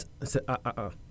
-uh